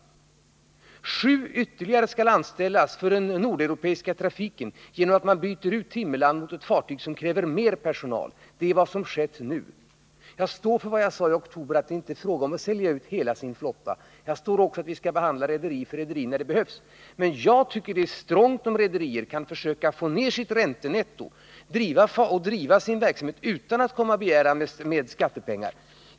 Ytterligare sju personer skall anställas för den nordeuropeiska trafiken, eftersom man byter ut Timmerland mot ett fartyg som kräver mer personal. Det är vad som har skett nu. Jagstår för vad jag sade i oktober, nämligen att det inte är fråga om att sälja ut hela flottan. Jag står också för uttalandet att vi skall behandla rederi för rederi när det behövs. Jag tycker det är strongt av rederiet att försöka få ned sitt räntenetto och driva verksamheten utan att begära mer skattepengar.